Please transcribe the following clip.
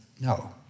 no